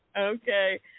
Okay